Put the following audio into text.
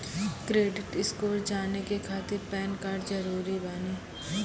Credit score जाने के खातिर पैन कार्ड जरूरी बानी?